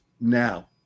now